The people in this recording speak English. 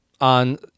On